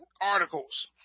articles